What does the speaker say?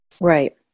Right